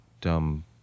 dumb